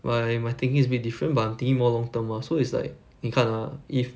!wah! eh my thinking is a bit different but I'm thinking more long term ah so it's like 你看 ah if